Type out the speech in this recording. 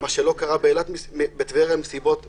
מה שלא קרה בטבריה מסיבות שונות.